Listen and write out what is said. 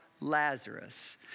Lazarus